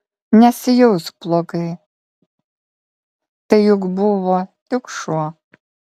nesijausk blogai tai juk buvo tik šuo